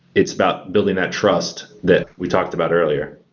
it's about building that trust that we talked about earlier.